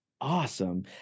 Awesome